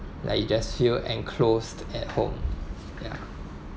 like you just feel enclosed at home yeah